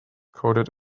coded